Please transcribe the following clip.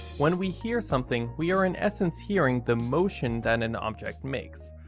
when we hear something, we are in essence hearing the motion that an object makes,